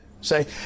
say